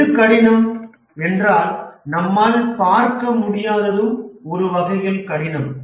எது கடினம் என்றால் நம்மால் பார்க்க முடியாததும் ஒரு வகையில் கடினம்